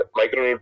micro